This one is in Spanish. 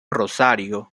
rosario